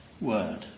word